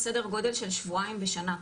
סדר גודל של שבועיים בשנה,